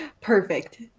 Perfect